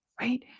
right